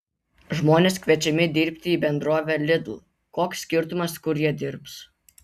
žmonės kviečiami dirbti į bendrovę lidl koks skirtumas kur jie dirbs